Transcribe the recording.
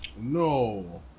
No